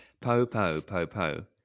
Po-po-po-po